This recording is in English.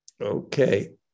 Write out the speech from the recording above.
Okay